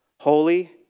holy